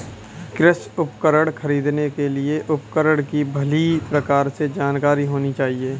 कृषि उपकरण खरीदने के लिए उपकरण की भली प्रकार से जानकारी होनी चाहिए